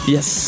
Yes